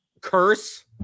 curse